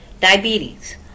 diabetes